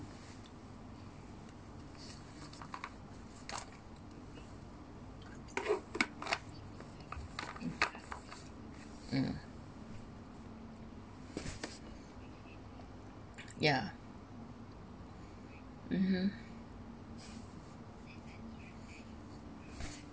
mm yeah mmhmm